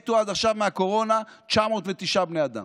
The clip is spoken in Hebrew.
מתו עד עכשיו מהקורונה 909 בני אדם,